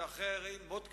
שהרי אחרי מות קדושים,